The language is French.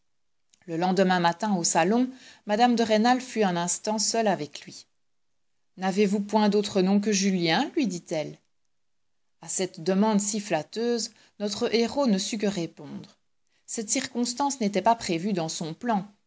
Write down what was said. le lendemain matin au salon mme de rênal fut un instant seule avec lui n'avez-vous point d'autre nom que julien lui dit-elle a cette demande si flatteuse notre héros ne sut que répondre cette circonstance n'était pas prévue dans son plan